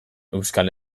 euskal